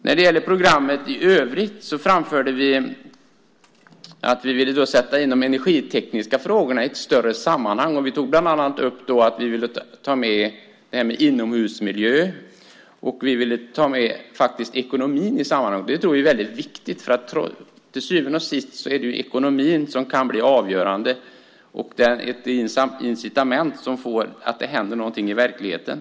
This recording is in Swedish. När det gäller programmet i övrigt framförde vi att vi ville sätta in de energitekniska frågorna i ett större sammanhang. Vi tog bland annat upp att vi ville ta med frågan om inomhusmiljö och faktiskt också ekonomin i sammanhanget. Det tror vi är viktigt, för till syvende och sist är det ekonomin som kan bli ett avgörande incitament för att det händer något i verkligheten.